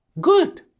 Good